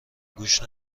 گوش